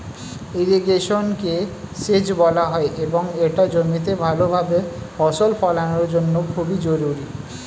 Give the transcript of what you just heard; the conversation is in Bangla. ইরিগেশনকে সেচ বলা হয় এবং এটা জমিতে ভালোভাবে ফসল ফলানোর জন্য খুবই জরুরি